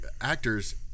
actors